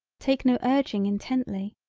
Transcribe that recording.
take no urging intently,